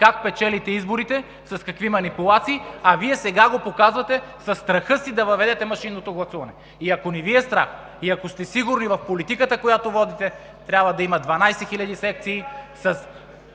как печелите изборите, с какви манипулации, а Вие сега го показвате със страха си да въведете машинното гласуване. И ако не Ви е страх, и ако сте сигурни в политиката, която водите, трябва да има 12 000 секции с